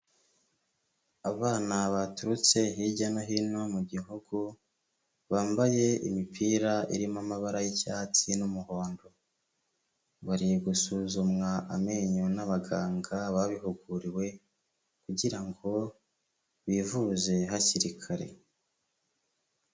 Abana baturutse hirya no hino mu gihugu, bambaye imipira irimo amabara y'icyatsi n'umuhondo, bari gusuzumwa amenyo n'abaganga babihuguriwe kugira ngo bivuze hakiri kare.